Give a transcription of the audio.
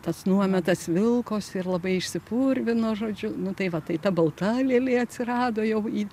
tas nuometas vilkosi ir labai išsipurvino žodžiu nu tai va tai ta balta lėlė atsirado jau į